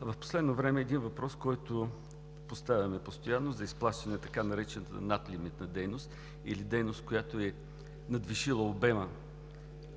В последно време един въпрос, който поставяме постоянно – за изплащане на така наречената „надлимитна дейност“ или дейност, която е надвишила обема